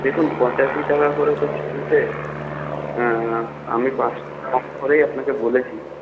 দেখুন পঁচাশি টাকা করে তো চলছে আমি পাঁচ টাকা কম করেই আপনাকে বলেছি